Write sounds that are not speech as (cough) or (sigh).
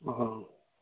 (unintelligible)